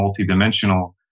multidimensional